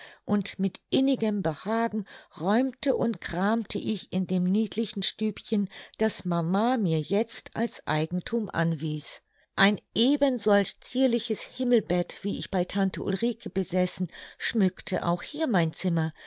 und mit innigem behagen räumte und kramte ich in dem niedlichen stübchen das mama mir jetzt als eigenthum anwies ein eben solch zierliches himmelbett wie ich bei tante ulrike besessen schmückte auch hier mein zimmer